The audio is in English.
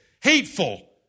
hateful